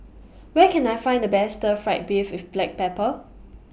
Where Can I Find The Best Stir Fried Beef with Black Pepper